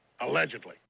Allegedly